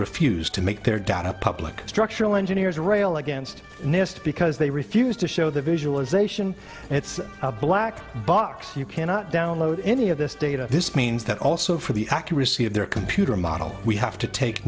refused to make their data public structural engineers rail against nist because they refuse to show the visualization it's a black box you cannot download any of this data this means that also for the accuracy of their computer model we have to take